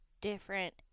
different